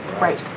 right